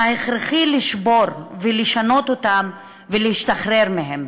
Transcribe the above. והכרחי לשבור, לשנות אותם ולהשתחרר מהם